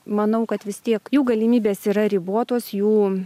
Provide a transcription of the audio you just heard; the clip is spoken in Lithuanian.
manau kad vis tiek jų galimybės yra ribotos jų